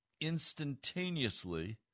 instantaneously